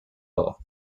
earth